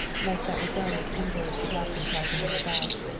lest that rebellious invalid get up and try to move about.